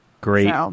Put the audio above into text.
Great